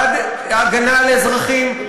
בעד הגנה על אזרחים,